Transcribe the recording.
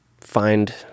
find